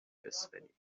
فسقلی